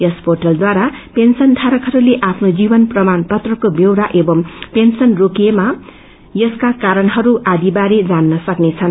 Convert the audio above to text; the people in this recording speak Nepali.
यस पोटलढारा पेन्सनधारकहरूले आफ्नो जीवन प्रमाणपत्रको व्यौरा एवं पेन्सन रोएिमा यसका कारणहरू आदि बारे जान्न सक्नेछन्